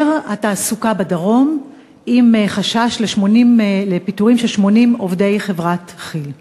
התעסוקה בדרום עם חשש לפיטורים של 80 עובדי חברת כי"ל.